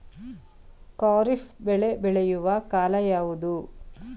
ಖಾರಿಫ್ ಬೆಳೆ ಬೆಳೆಯುವ ಕಾಲ ಯಾವುದು?